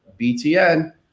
BTN